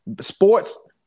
Sports